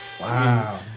Wow